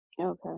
Okay